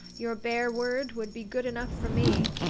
your bare word would be good enough for me.